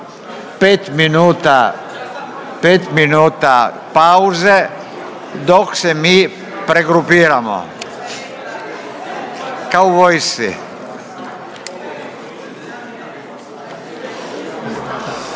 5 minuta pauze dok se mi pregrupiramo, kao u vojsci.